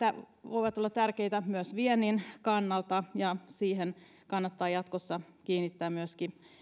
voivat olla tärkeitä myös viennin kannalta ja siihen kannattaa jatkossa kiinnittää myöskin